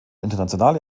internationale